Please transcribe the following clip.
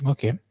Okay